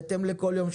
בהתאם לכל יום,